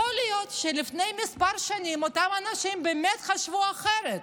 יכול להיות שלפני כמה שנים אותם אנשים באמת חשבו אחרת